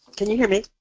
can you hear me?